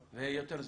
להתבטא?